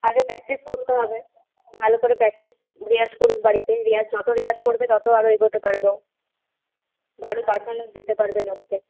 আগে প্র্যাকটিস করতে হবে ভালো করে প্র্যাকটিস রেওয়াজ করুক বাড়িতে রেওয়াজ যত রেওয়াজ করবে তত আরও এগোতে পারবে ও ভালো পারফরমেন্স দিতে পারবে লোককে